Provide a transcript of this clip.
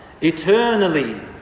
eternally